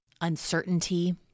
uncertainty